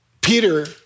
Peter